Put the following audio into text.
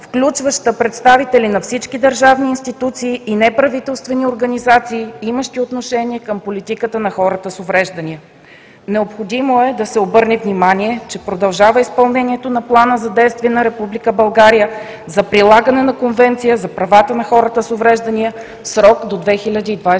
включваща представители на всички държавни институции и неправителствени организации, имащи отношение към политиката на хората с увреждания. Необходимо е да се обърне внимание, че продължава изпълнението на Плана за действие на Република България за прилагане на Конвенцията за правата на хората с увреждания в срок до 2020 г.